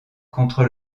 contre